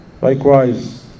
Likewise